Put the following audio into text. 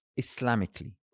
Islamically